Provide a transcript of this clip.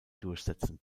durchsetzen